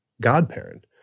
godparent